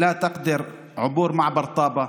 להלן תרגומם: אשתי לא יכולה לעבור במסוף טאבה,